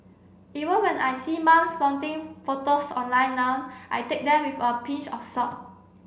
even when I see mum's flaunting photos online now I take them with a pinch of salt